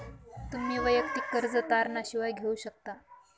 तुम्ही वैयक्तिक कर्ज तारणा शिवाय घेऊ शकता